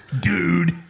Dude